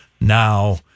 Now